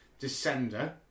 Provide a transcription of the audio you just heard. Descender